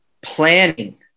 planning